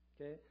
okay